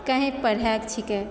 कहीँ पढ़ाए छिकै